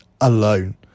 alone